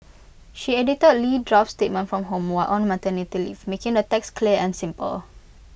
she edited lee draft statements from home while on maternity leave making the text clear and simple